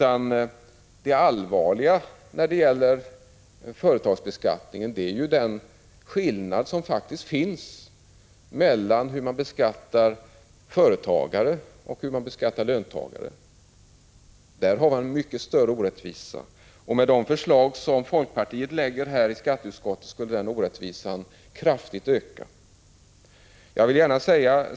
Det allvarliga är i stället den skillnad som faktiskt finns mellan hur man beskattar företagare och hur man beskattar löntagare. Där finns en mycket större orättvisa, och om de förslag genomfördes som folkpartiet har lagt fram i skatteutskottet skulle den orättvisan kraftigt öka.